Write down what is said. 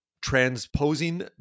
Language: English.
transposing